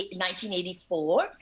1984